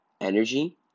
energy